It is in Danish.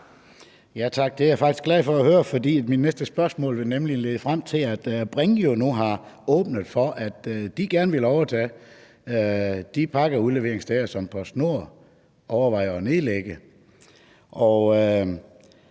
er jeg faktisk glad for at høre, for mit næste spørgsmål vil nemlig lede frem til, at Bring jo nu har åbnet for, at de gerne vil overtage de pakkeudleveringssteder, som PostNord overvejer at nedlægge.